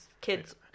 kids